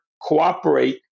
cooperate